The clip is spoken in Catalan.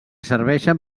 serveixen